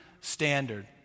standard